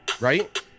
right